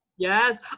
Yes